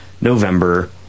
November